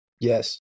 Yes